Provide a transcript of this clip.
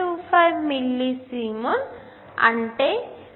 25 millisiemens అంటే 1